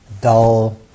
dull